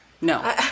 No